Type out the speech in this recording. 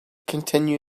continue